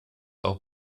auch